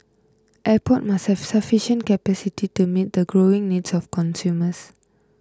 airport must have sufficient capacity to meet the growing needs of consumers